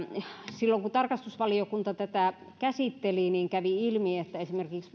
silloin kun tarkastusvaliokunta tätä käsitteli niin kävi ilmi että esimerkiksi